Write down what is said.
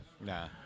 Nah